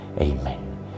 Amen